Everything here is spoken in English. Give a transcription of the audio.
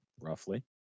roughly